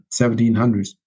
1700s